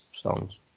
songs